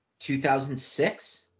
2006